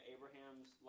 Abraham's